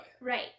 Right